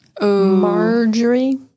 Marjorie